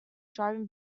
driving